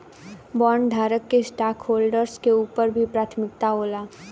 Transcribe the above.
बॉन्डधारक के स्टॉकहोल्डर्स के ऊपर भी प्राथमिकता होला